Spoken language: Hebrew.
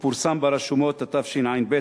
ופורסם ברשומות התשע"ב,